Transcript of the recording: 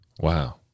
Wow